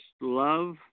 love